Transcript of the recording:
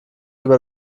über